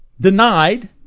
denied